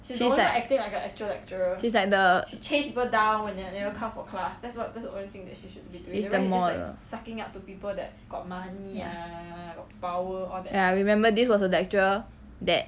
she's like she's like the is the model ya ya remember this was the lecturer that